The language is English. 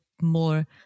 more